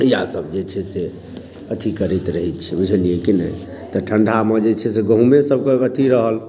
इएह सभ जे छै से अथी करैत रहै छै बुझलियै की नहि तऽ ठण्डा मे जे छै से गहूॅंमे सभके अथी रहल